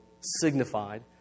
signified